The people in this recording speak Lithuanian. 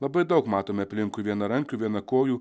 labai daug matome aplinkui vienarankių vienakojų